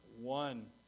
One